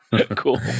Cool